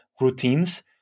routines